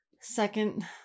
Second